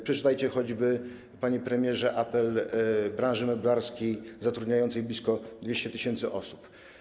Przeczytajcie choćby, panie premierze, apel branży meblarskiej zatrudniającej blisko 200 tys. osób.